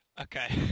Okay